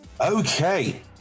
Okay